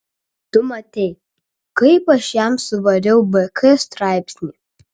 tu matei kaip aš jam suvariau bk straipsnį